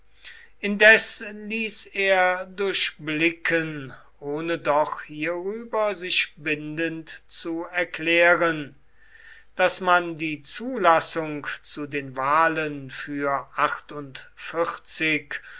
indes ließ er durchblicken ohne doch hierüber sich bindend zu erklären daß man die zulassung zu den wahlen für